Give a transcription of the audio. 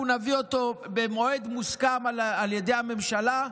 אנחנו נביא אותו במועד מוסכם על ידי הממשלה,